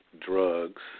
drugs